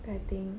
I think